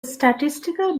statistical